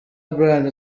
brian